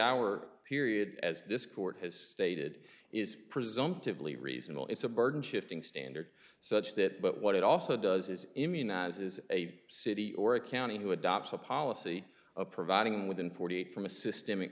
hour period as this court has stated is presumptively reasonable it's a burden shifting standard such that but what it also does is immunize is a city or a county who adopts a policy of providing within forty eight from a systemic